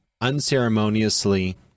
unceremoniously